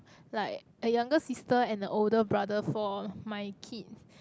like a younger sister and a older brother for my kid